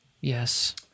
Yes